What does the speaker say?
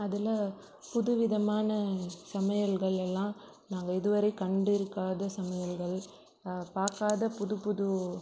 அதில் புதுவிதமான சமையல்கள் எல்லாம் நாங்கள் இதுவரை கண்டிருக்காத சமையல்கள் பார்க்காத புதுப்புது